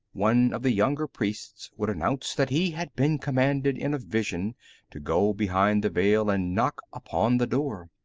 one of the younger priests would announce that he had been commanded in a vision to go behind the veil and knock upon the door.